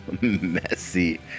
messy